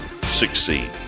succeed